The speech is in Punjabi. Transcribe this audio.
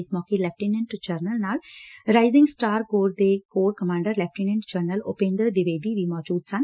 ਇਸ ਮੌਕੇ ਲੈਫਟੀਨੈਟ ਜਨਰਲ ਨਾਲ ਰਾਇਜਿੰਗ ਸਟਾਰ ਕੋਰ ਦੇ corps commander lieutenant general Upendra Dwivedi ਵੀ ਮੌਜੁਦ ਸਨ